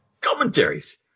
Commentaries